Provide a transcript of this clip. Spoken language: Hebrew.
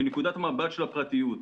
מנקודת המבט של הפרטיות.